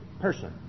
person